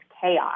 chaos